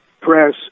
Press